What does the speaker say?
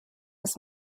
ist